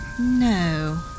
No